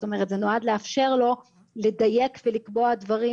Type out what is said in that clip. זה נועד לאפשר לו לדייק ולקבוע דברים